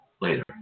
Later